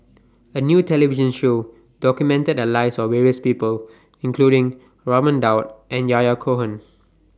A New television Show documented The Lives of various People including Raman Daud and Yahya Cohen